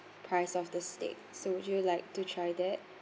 price of the steak so would you like to try that